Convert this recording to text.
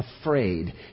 afraid